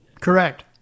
Correct